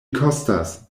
kostas